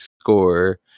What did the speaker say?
score